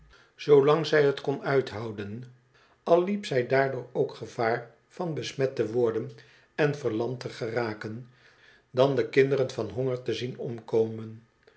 zij het kon uithouden al liep zij daardoor ook gevaar van besmet te worden en verlamd te geraken dan de kinderen van honger te zien omkomen